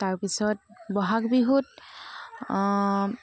তাৰপিছত বহাগ বিহুত